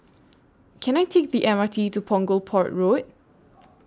Can I Take The M R T to Punggol Port Road